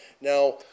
Now